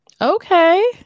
Okay